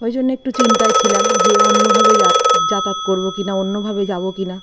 ওই জন্যে একটু চিন্তায় ছিলাম যে অন্যভাবে যাত যাতায়াত করবো কি না অন্য ভাবে যাবো কি না